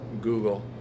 Google